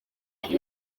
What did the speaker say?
hari